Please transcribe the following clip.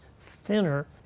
thinner